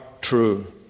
true